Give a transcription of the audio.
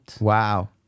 Wow